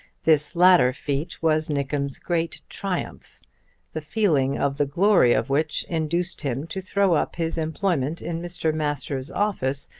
this latter feat was nickem's great triumph the feeling of the glory of which induced him to throw up his employment in mr. masters' office,